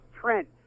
Trent